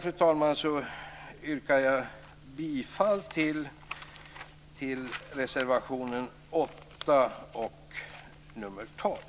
Med detta yrkar jag bifall till reservationerna 8 och 12.